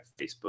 Facebook